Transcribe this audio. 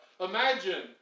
Imagine